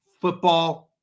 football